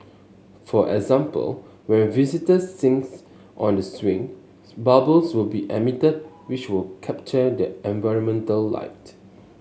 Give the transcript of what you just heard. for example when visitors since on the swing bubbles will be emitted which will capture the environmental light